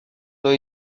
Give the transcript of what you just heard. dans